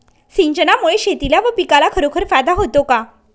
सिंचनामुळे शेतीला व पिकाला खरोखर फायदा होतो का?